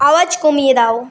আওয়াজ কমিয়ে দাও